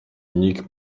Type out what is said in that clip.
nikt